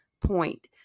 point